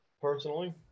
personally